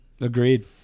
Agreed